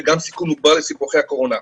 וגם סיכון מוגבר לסיבוכי הקורונה.